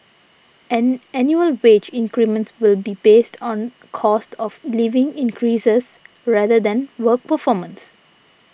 and annual wage increments will be based on cost of living increases rather than work performance